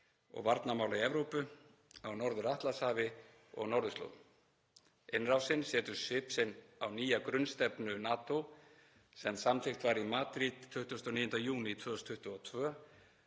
og varnarmála í Evrópu, á Norður-Atlantshafi og norðurslóðum. Innrásin setur svip sinn á nýja grunnstefnu NATO sem samþykkt var í Madrid 29. júní 2022